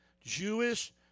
Jewish